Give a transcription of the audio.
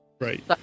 Right